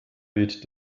weht